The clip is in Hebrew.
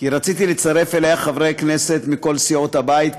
כי רציתי לצרף אליה חברי כנסת מכל סיעות הבית,